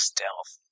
Stealth